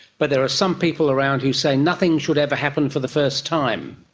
but there are some people around who say nothing should ever happen for the first time,